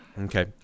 Okay